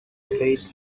fate